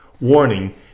warning